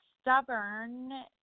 stubborn